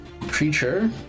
Creature